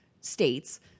states